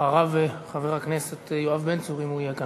אחריו, חבר הכנסת יואב בן צור, אם הוא יהיה כאן.